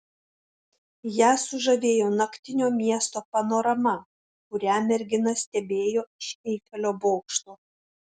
ją sužavėjo naktinio miesto panorama kurią mergina stebėjo iš eifelio bokšto